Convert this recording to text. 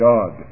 God